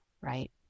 right